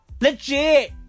legit